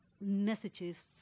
messages